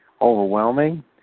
overwhelming